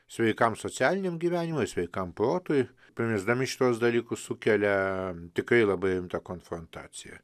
sveikam socialiniam gyvenimui sveikam protui primesdami šituos dalykus sukelia tikrai labai rimtą konfrontaciją